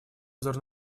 взор